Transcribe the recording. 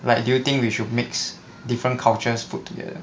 like do you think we should mix different cultures put together